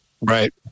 Right